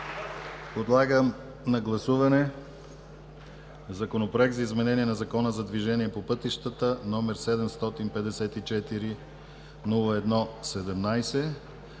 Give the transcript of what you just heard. Подлагам на първо гласуване Законопроект за изменение на Закона за движение по пътищата, № 754-01-17,